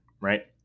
right